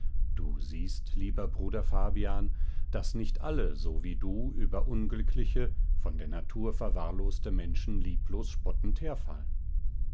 du siehst lieber bruder fabian daß nicht alle so wie du über unglückliche von der natur verwahrloste menschen lieblos spottend herfallen